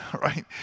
right